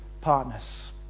partners